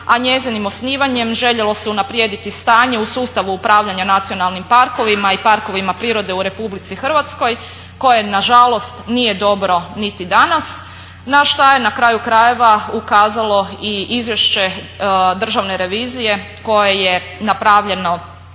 a njezinim osnivanjem željelo se unaprijediti stanje u sustavu upravljanja nacionalnim parkovima i parkovima prirode u Republici Hrvatskoj koje nažalost nije dobro niti danas, na šta je na kraju krajeva ukazalo i izvješće državne revizije koje je napravljano